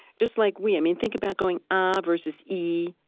just like we, i mean think about going ah versus ee,